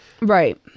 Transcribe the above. Right